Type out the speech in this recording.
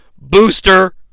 Booster